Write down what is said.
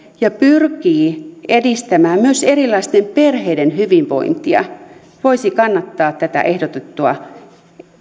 ja pyrkii edistämään myös erilaisten perheiden hyvinvointia voisi kannattaa tätä ehdotettua